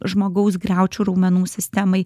žmogaus griaučių raumenų sistemai